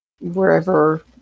wherever